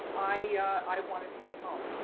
i i want to stay home.